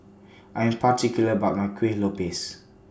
I Am particular about My Kuih Lopes